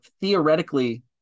theoretically